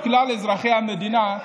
לכלל אזרחי המדינה,